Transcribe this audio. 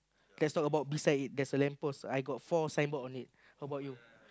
let's talk about it beside there's lamp post I got four signboard on it how about you